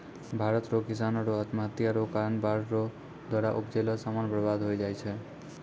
भारत रो किसानो रो आत्महत्या रो कारण बाढ़ रो द्वारा उपजैलो समान बर्बाद होय जाय छै